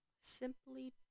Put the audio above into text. simply